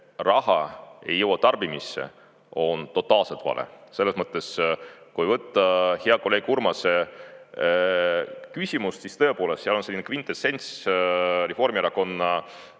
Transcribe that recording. raha ei jõua tarbimisse, on totaalselt vale. Selles mõttes, kui võtta hea kolleegi Urmase küsimus, siis tõepoolest seal on selline kvintessents Reformierakonna